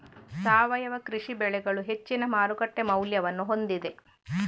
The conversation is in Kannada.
ಸಾವಯವ ಕೃಷಿ ಬೆಳೆಗಳು ಹೆಚ್ಚಿನ ಮಾರುಕಟ್ಟೆ ಮೌಲ್ಯವನ್ನು ಹೊಂದಿದೆ